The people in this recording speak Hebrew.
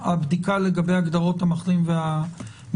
הבדיקה לגבי ההגדרות המחלים והמתחסן,